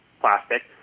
plastic